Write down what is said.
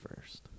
first